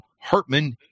Hartman